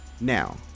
Now